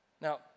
Now